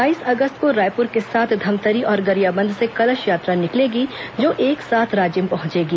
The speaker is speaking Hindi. बाईस अगस्त को रायपुर के साथ धमतरी और गरियाबंद से कलश यात्रा निकलेगी जो एक साथ राजिम पहुंचेगी